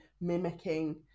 mimicking